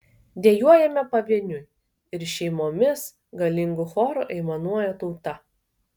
dejuojame pavieniui ir šeimomis galingu choru aimanuoja tauta